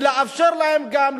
ולאפשר להם גם,